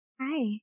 Hi